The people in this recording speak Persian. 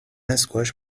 اسکواش